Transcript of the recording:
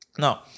Now